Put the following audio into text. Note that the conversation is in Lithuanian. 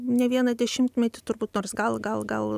ne vieną dešimtmetį turbūt nors gal gal gal